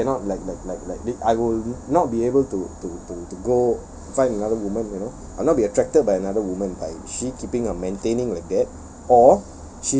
I cannot like like like like I will not be able to to to to go find another woman you know I'll not be attracted by another woman by she keeping her maintaining like that or